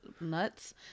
nuts